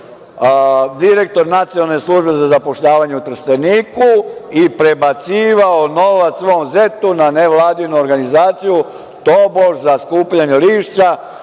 direktor Nacionalne službe za zapošljavanje u Trsteniku i prebacivao novac svom zetu na nevladinu organizaciju, tobož za skupljanje lišća,